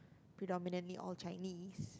predominantly all Chinese